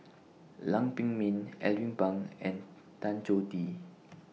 Lam Pin Min Alvin Pang and Tan Choh Tee